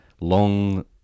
long